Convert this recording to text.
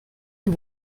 you